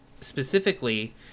specifically